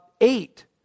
eight